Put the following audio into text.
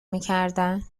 میکردن